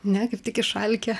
ne kaip tik išalkę